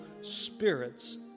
spirits